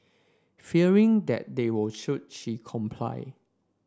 fearing that they would shoot she complied